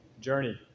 journey